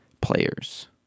players